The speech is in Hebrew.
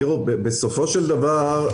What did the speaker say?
בסופו של דבר,